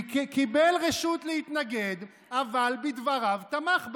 קיבל רשות להתנגד אבל בדבריו תמך בה.